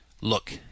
Look